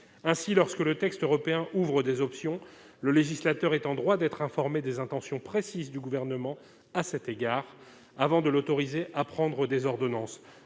ainsi, lorsque le texte européen ouvre des options, le législateur est en droit d'être informés des intentions précises du gouvernement à cet égard, avant de l'autoriser à prendre des ordonnances,